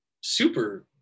super